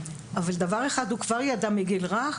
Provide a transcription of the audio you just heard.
אבל דבר אחד הוא כבר ידע מגיל רך,